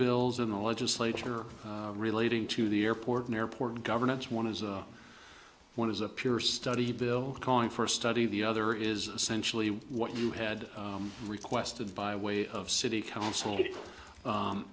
bills in the legislature relating to the airport an airport governance one is one is a pure study bill calling for a study the other is essentially what you had requested by way of city council